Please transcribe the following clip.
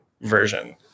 version